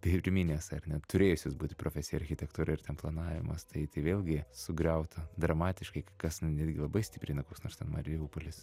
pirminės ar ne turėjusios būti profesija architektūra ir ten planavimas tai tai vėlgi sugriauta dramatiškai kai kas netgi labai stipriai na koks nors ten mariupolis